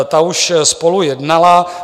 Ta už spolu jednala.